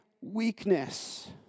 weakness